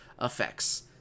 effects